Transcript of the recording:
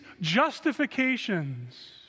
justifications